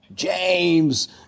James